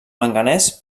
manganès